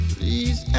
Please